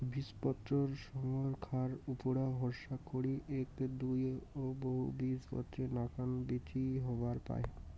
বীজপত্রর সইঙখার উপুরা ভরসা করি এ্যাক, দুই ও বহুবীজপত্রী নাকান বীচি হবার পায়